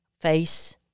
face